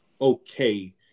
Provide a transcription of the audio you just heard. okay